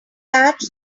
patch